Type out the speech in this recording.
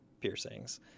piercings